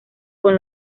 con